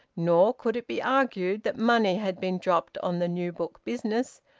nor could it be argued that money had been dropped on the new-book business,